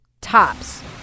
Tops